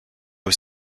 was